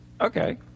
Okay